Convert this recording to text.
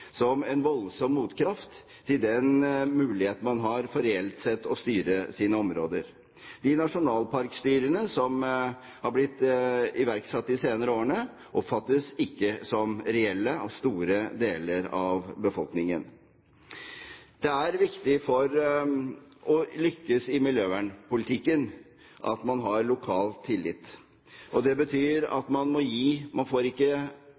en voldsom motkraft til den muligheten man har til reelt sett å styre sine områder. De nasjonalparkstyrene som har blitt iverksatt de senere årene, oppfattes ikke som reelle av store deler av befolkningen. Det er viktig for å lykkes i miljøvernpolitikken at man har lokal tillit. Det betyr at man må gi. Man får ikke